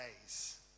days